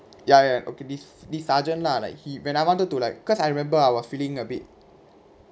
ya ya okay this this sergeant lah like he when I wanted to like cause I remember I was feeling a bit